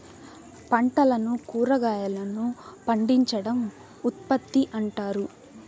పంటలను కురాగాయలను పండించడం ఉత్పత్తి అంటారు